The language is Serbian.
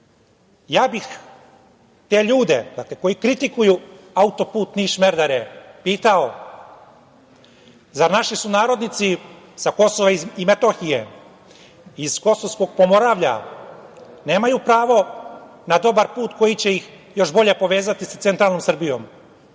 bih te ljude, dakle, koji kritikuju autoput Niš-Merdare, pitao - da li naši sunarodnici sa KiM, iz Kosovskog Pomoravlja nemaju pravo na dobar put koji će ih još bolje povezati sa Centralnom Srbijom;